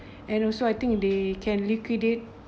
and also I think they can liquidate